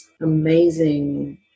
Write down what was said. amazing